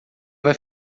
vai